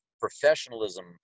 professionalism